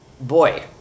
boy